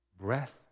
breath